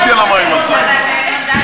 קודם כול,